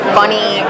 funny